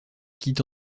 quitte